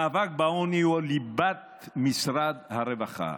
מאבק בעוני הוא ליבת משרד הרווחה,